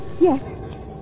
Yes